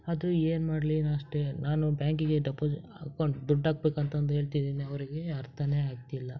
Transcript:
ಅದು ಏನು ಮಾಡಲಿ ನಾನು ಅಷ್ಟೇ ನಾನು ಬ್ಯಾಂಕಿಗೆ ಡೆಪೊಸಿ ಅಕೌಂಟ್ ದುಡ್ಡು ಹಾಕ್ಬೇಕಂತಂದು ಹೇಳ್ತಿದ್ದೀನಿ ಅವರಿಗೆ ಅರ್ಥನೇ ಆಗ್ತಿಲ್ಲ